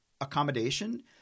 accommodation